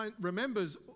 remembers